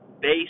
base